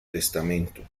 testamento